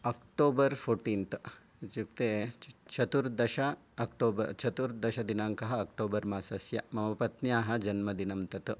October fourteenth इत्युक्ते चतुर्दश October चतुर्दश दिनाङ्कः अक्टोबर् मासस्य मम पत्न्याः जन्मदिनं तत्